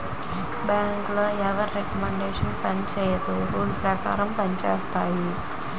బ్యాంకులో ఎవరి రికమండేషన్ పనిచేయదు రూల్ పేకారం పంజేత్తాయి